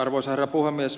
arvoisa herra puhemies